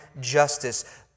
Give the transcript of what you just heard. justice